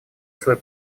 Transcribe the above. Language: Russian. свой